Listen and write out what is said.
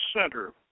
center